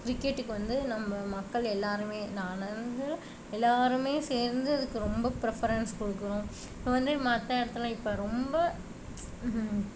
கிரிக்கெட்டுக்கு வந்து நம்ம மக்கள் எல்லாேருமே நான்லிலேருந்து எல்லாேருமே சேர்ந்து இதுக்கு ரொம்ப பிரஃபரன்ஸ் கொடுக்குறோம் இப்போ வந்து மற்ற இடத்துல இப்போ ரொம்ப